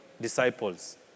disciples